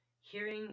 hearing